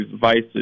vices